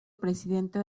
presidente